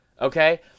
okay